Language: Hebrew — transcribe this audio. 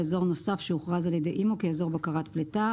אור נוסף שהוכר על ידי אימ"ו כאזור בקרת פליטה.